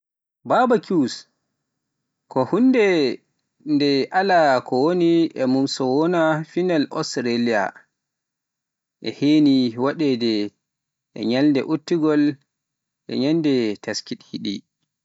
Barbecues ko huunde nde alaa ko woni e mum so wonaa pinal Ostaraliya, e heewi waɗeede e ñalɗi udditgol e ñalɗi teskinɗi